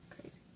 crazy